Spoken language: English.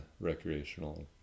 recreational